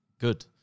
Good